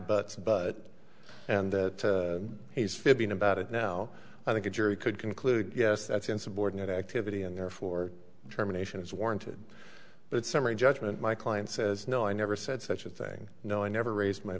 butt but and that he's fibbing about it now i think a jury could conclude yes that's insubordinate activity and therefore determination is warranted but summary judgment my client says no i never said such a thing no i never raised my